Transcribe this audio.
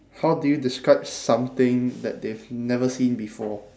how do you describe something that they've never seen before